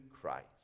Christ